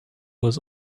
was